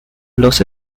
los